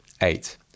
Eight